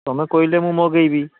ତମେ କହିଲେ ମୁଁ ମଗେଇବି